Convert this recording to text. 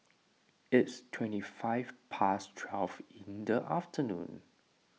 its twenty five past twelve in the afternoon